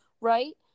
right